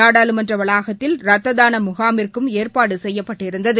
நாடாளுமன்ற வளாகத்தில் ரத்ததான முகாமிற்கும் ஏற்பாடு செய்யப்பட்டிருந்தது